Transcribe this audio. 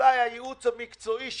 בחשיפה ממוצעת של